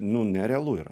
nu nerealu yra